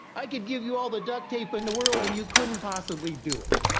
i could give you all the duct tape in the world and you couldn't possibly do it.